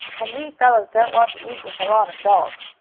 and we fellows don't want to eat with a lot of dolls.